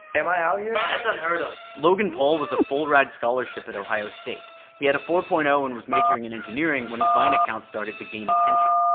am i out here? that's unheard of. logan paul was a full-ride scholarship at ohio state. he had a four point zero and was majoring in engineering when his vine account started to gain attention.